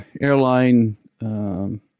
airline